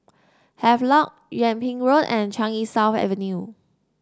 Havelock Yung Ping Road and Changi South Avenue